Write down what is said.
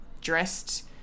dressed